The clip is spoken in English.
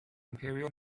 imperial